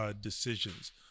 decisions